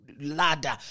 ladder